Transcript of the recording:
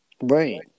Right